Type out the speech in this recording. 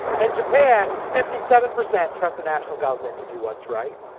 in japan fifty seven percent trust the national government to do what's right.